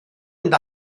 mynd